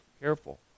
careful